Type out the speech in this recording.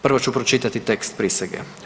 Prvo ću pročitati tekst prisege.